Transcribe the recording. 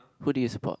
who do you support